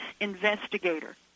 investigator